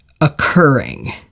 occurring